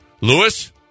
Lewis